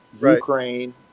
Ukraine